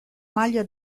maglia